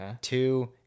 Two